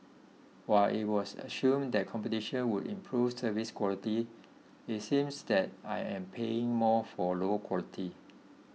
while it was assumed that competition would improve service quality it seems that I am paying more for lower quality